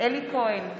אלי כהן,